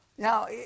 Now